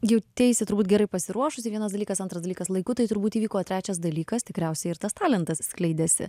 jauteisi turbūt gerai pasiruošusi vienas dalykas antras dalykas laiku tai turbūt įvyko o trečias dalykas tikriausiai ir tas talentas skleidėsi